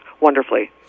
wonderfully